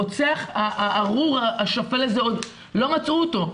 הרוצח הארור השפל הזה עוד לא מצאו אותו.